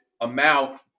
amount